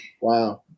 Wow